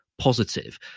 positive